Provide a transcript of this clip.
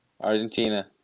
Argentina